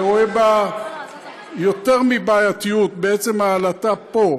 ורואה בה יותר מבעייתיות, בעצם העלאתה פה,